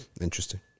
Interesting